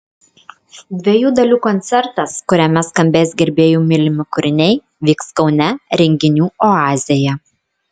dviejų dalių koncertas kuriame skambės gerbėjų mylimi kūriniai vyks kaune renginių oazėje